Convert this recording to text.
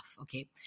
okay